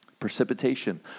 Precipitation